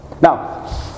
Now